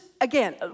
again